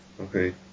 Okay